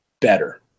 better